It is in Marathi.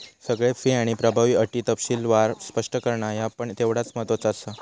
सगळे फी आणि प्रभावी अटी तपशीलवार स्पष्ट करणा ह्या पण तेवढाच महत्त्वाचा आसा